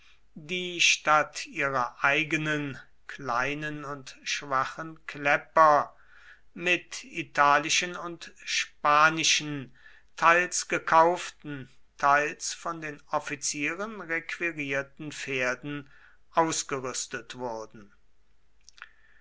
die statt ihrer eigenen kleinen und schwachen klepper mit italischen und spanischen teils gekauften teils von den offizieren requirierten pferden ausgerüstet wurden